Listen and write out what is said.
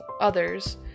others